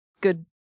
good